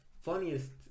funniest